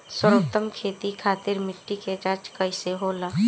सर्वोत्तम खेती खातिर मिट्टी के जाँच कईसे होला?